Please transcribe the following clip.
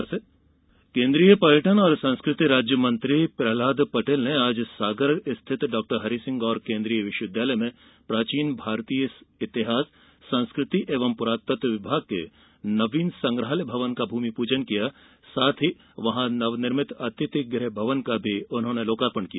पर्यटन मंत्री सागर केंद्रीय पर्यटन और संस्कृति राज्य मन्त्री प्रहलाद पटेल ने आज सागर में डॉ हरीसिंह गौर केंद्रीय विश्वविद्यायालय के प्राचीन भारतीय इतिहास संस्कृति एवं पुरातत्त्व विभाग के नवीन संग्रहालय भवन का भूमिपूजन और नवनिर्मित अथिति गृह भवन का लोकार्पण किया